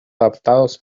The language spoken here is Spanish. adaptados